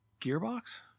Gearbox